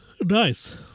Nice